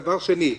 דבר שני,